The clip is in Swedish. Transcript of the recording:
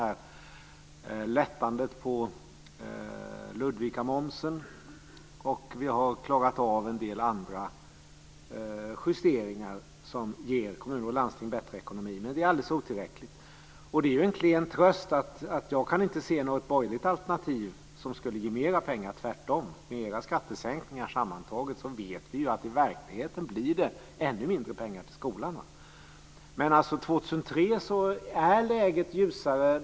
Vi åstadkom lättandet på Ludvikamomsen, och vi har klarat av en del andra justeringar som ger kommuner och landsting bättre ekonomi, men det är alldeles otillräckligt. Det är en klen tröst att jag inte kan se något borgerligt alternativ som skulle ge mera pengar - tvärtom. Med era skattesänkningar sammantaget vet vi att det i verkligheten blir ännu mindre pengar till skolan. År 2003 år läget ljusare.